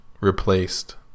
replaced